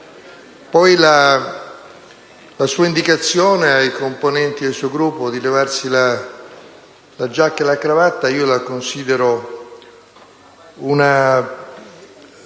alla sua indicazione ai componenti del suo Gruppo di levarsi la giacca e la cravatta, la considero un'azione